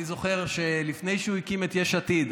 אני זוכר שלפני שהוא הקים את יש עתיד,